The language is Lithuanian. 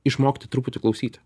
išmokti truputį klausyti